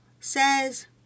says